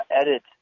edit